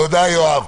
תודה, יואב.